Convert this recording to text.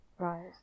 Right